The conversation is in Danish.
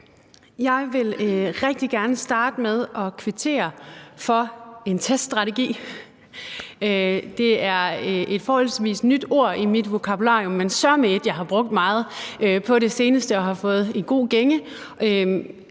Jeg vil rigtig gerne starte med at kvittere for en teststrategi – det er et forholdsvis nyt ord i mit vokabularium, men er sørme et, jeg har brugt meget på det seneste og har fået i god gænge